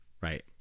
Right